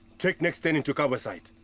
take next turning to kabwe side.